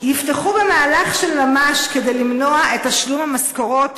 יפתחו במהלך של ממש כדי למנוע את תשלום המשכורות